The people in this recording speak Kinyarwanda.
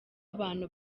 abantu